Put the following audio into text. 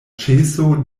ĉeso